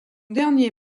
dernier